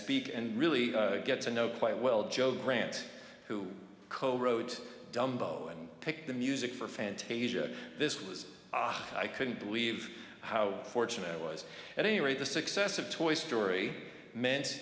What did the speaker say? speak and really get to know quite well jo grant who co wrote dumbo and picked the music for fantasia this was i couldn't believe how fortunate i was at any rate the success of toy story meant